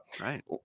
Right